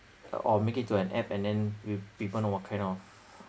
uh or make it to an app and then with people know what kind of